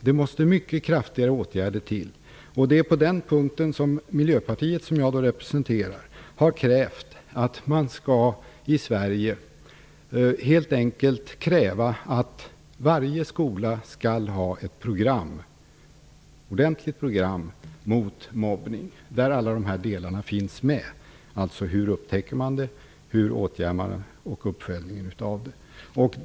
Det måste till mycket kraftigare åtgärder. Miljöpartiet, som jag representerar, har krävt att varje skola i Sverige skall ha ett ordentligt program mot mobbning. Hur upptäcks, åtgärdar och följer man upp mobbning? Alla dessa frågor skall finnas med.